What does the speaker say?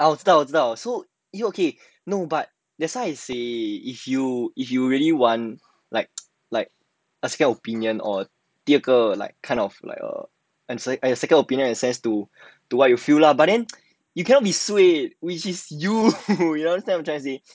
ah 我知道我知道 so okay okay no but but that's why I say if you if you really want like like a second opinion or 第二个 like kind of like err a second opinion access to do what you feel lah but then you cannot be swayed which is you you understand what I'm trying to say